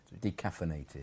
Decaffeinated